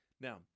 Now